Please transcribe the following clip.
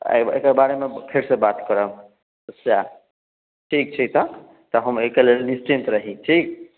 एकर बारेमे फेरसँ बात करब सएह ठीक छै तऽ तऽ हम एहिके लेल निश्चिन्त रही ठीक